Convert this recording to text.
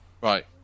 right